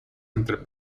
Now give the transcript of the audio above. entre